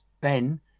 Ben